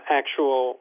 actual